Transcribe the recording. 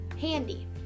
handy